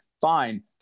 Fine